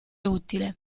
utile